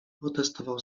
protestował